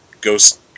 ghost